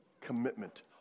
commitment